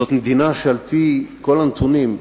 זאת מדינה שעל-פי כל הנתונים,